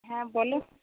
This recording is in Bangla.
হ্যাঁ বলো